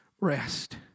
rest